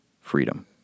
freedom